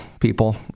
people